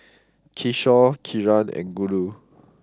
Kishore Kiran and Guru